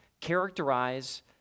characterize